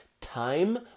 Time